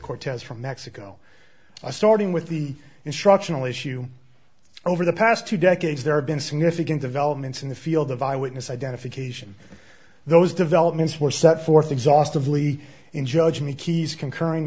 cortez from mexico starting with the instructional issue over the past two decades there have been significant developments in the field of ai witness identification those developments were set forth exhaustive lee in judge me keys concurring